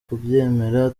kubyemera